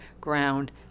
ground